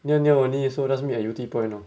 near near only so just meet at yew tee point lor